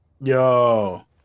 Yo